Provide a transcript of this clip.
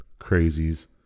crazies